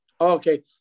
Okay